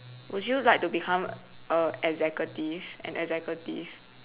would you like to become a executive an executive